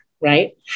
right